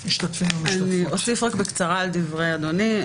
אוסיף בקצרה על דביר אדוני.